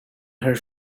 her